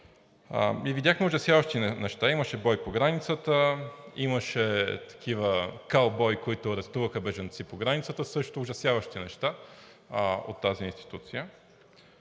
и видяхме ужасяващи неща. Имаше бой по границата, имаше такива каубои, които арестуваха бежанци по границата, също ужасяващи неща от тази институция.